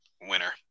winner